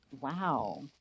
wow